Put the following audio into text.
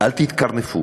אל תתקרנפו,